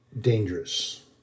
dangerous